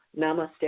Namaste